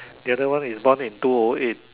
the other one is born on in two o eight